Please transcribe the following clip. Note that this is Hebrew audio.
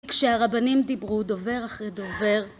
כשהרבנים דיברו דובר אחרי דובר